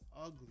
ugly